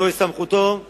זוהי סמכותו של